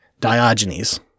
Diogenes